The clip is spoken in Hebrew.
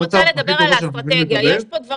לא אמרתי בהכרח שאני מקבל את המצב אבל זו תמונת